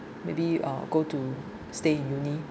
maybe uh go to stay in uni